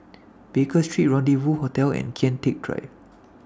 Baker Street Rendezvous Hotel and Kian Teck Drive